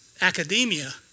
academia